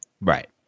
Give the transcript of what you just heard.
Right